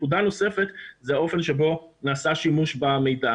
נקודה נוספת זה האופן שבו נעשה שימוש במידע.